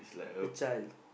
a child